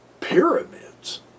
pyramids